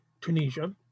Tunisia